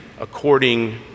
according